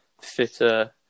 fitter